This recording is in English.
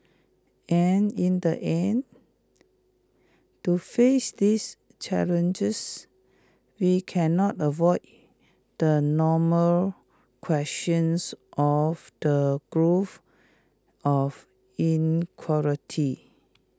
and in the end to face this challenges we can not avoid the normal questions of the growth of inequality